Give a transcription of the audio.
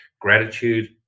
Gratitude